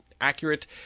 accurate